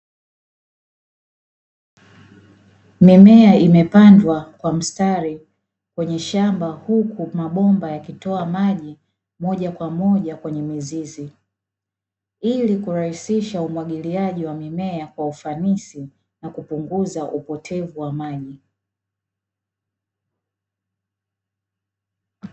Mimea imepandwa kwa mstari kwenye shamba huku mabomba yakitoa maji moja kwa moja kwenye mizizi, ili kurahisisha umwagiliaji wa mimea kwa ufanisi na kupunguza upotevu wa maji.